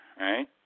right